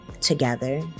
together